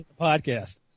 podcast